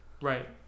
Right